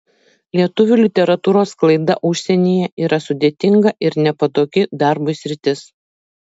lietuvių literatūros sklaida užsienyje yra sudėtinga ir nepatogi darbui sritis